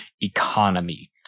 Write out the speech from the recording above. economy